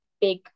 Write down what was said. big